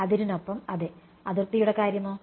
അതിരിനൊപ്പം അതെ അതിർത്തിയുടെ കാര്യമോ